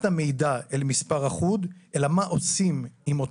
אנחנו חושבים שזה באמת צעד היסטורי בקידום הרפואה הדחופה במדינה,